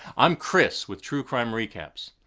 i'm chris with true crime recaps.